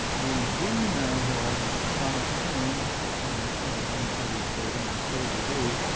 we do now have thomas boone has unpublished data and so do we